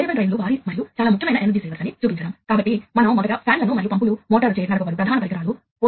దీనికి విరుద్ధంగా ఇక్కడ చూడండి ఇక్కడ ఏమి జరుగుతుందో చూడండి ఇక్కడ మీకు ఈ ఫీల్డ్బస్ పరికరాలు ఉన్నాయి